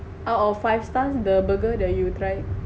out of five stars the burger that you try